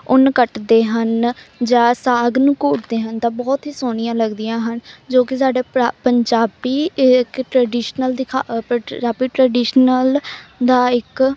ਉਨ ਕੱਟਦੇ ਹਨ ਜਾਂ ਸਾਗ ਨੂੰ ਘੋਟਦੇ ਹਨ ਤਾਂ ਬਹੁਤ ਹੀ ਸੋਹਣੀਆਂ ਲੱਗਦੀਆਂ ਹਨ ਜੋ ਕਿ ਸਾਡਾ ਪਰਾ ਪੰਜਾਬੀ ਇੱਕ ਟ੍ਰਡੀਸ਼ਨਲ ਦਿਖਾ ਰੈਬਿਟ ਟ੍ਰਡੀਸ਼ਨਲ ਦਾ ਇੱਕ